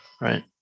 Right